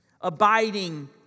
abiding